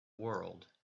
world